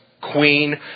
queen